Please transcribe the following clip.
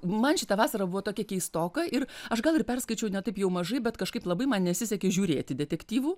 man šita vasara buvo tokia keistoka ir aš gal ir perskaičiau ne taip jau mažai bet kažkaip labai man nesisekė žiūrėti detektyvų